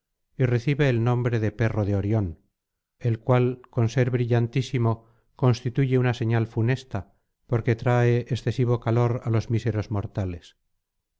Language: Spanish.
y recibe el nombre de perro de orion el cual con ser brillantísimo constituye una señal funesta porque trae excesivo calor á los míseros mortales